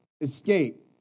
escape